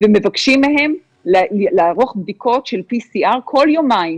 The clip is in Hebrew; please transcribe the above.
ומבקשים מהם לערוך בדיקות כל יומיים,